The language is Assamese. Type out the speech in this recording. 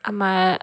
আমাৰ